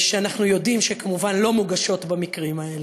שאנחנו יודעים שכמובן לא מוגשות במקרים האלה.